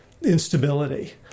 instability